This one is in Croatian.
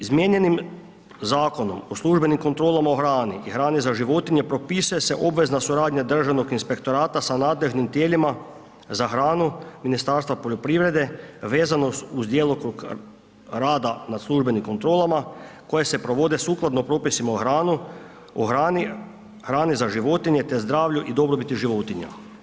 Izmijenjenim Zakonom o službenim kontrolama o hrani i hrani za životinje propisuje se obvezna suradnja Državnog inspektorata sa nadležnim tijelima za hranu Ministarstva poljoprivrede vezano uz djelokrug rada nad službenim kontrolama koje se provode sukladno propisima o hrani za životinje, te zdravlju i dobrobiti životinja.